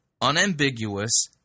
unambiguous